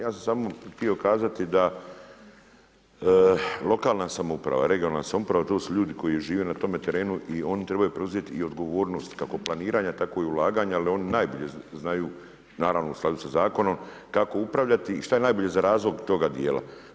Ja sam samo htio kazati da lokalna samouprava, regionalna samouprava to su ljudi koji žive na tome terenu i oni trebaju preuzeti i odgovornost kako planiranja, tako i ulaganja ali oni najbolje znaju naravno u skladu sa zakonom kako upravljati i što je najbolje za razvoj toga dijela.